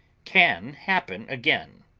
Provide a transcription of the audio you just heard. can happen again.